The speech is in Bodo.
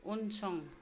उनसं